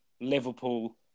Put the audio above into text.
Liverpool